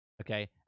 Okay